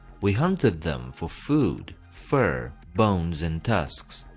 we hunted them for food, fur, bones and tusks.